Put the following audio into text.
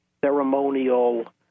ceremonial